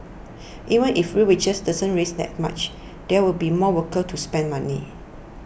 even if real wages don't rise that much there will be more workers to spend money